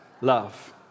love